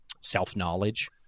self-knowledge